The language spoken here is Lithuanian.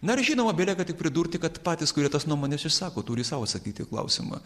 na ir žinoma belieka tik pridurti kad patys kurie tas nuomones išsako turi sau atsakyti į klausimą